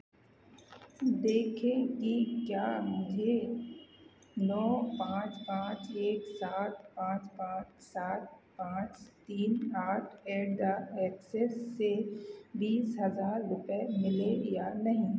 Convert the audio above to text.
देखें कि क्या मुझे नौ पाँच पाँच एक सात पाँच पाँच सात पाँच तीन आठ एट डॉट ऐक्सिस से बीस हज़ार रुपये मिले या नहीं